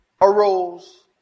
arose